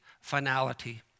finality